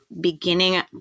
beginning